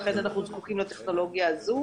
לכן אנחנו זקוקים לטכנולוגיה הזו.